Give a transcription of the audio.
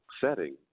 setting